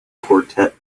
quartet